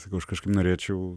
sakau aš kažkaip norėčiau